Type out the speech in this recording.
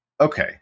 Okay